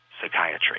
psychiatry